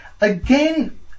Again